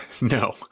No